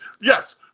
Yes